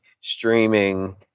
streaming